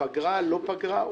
פגרה או לא פגרה.